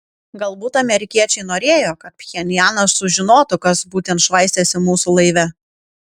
galbūt amerikiečiai norėjo kad pchenjanas sužinotų kas būtent švaistėsi mūsų laive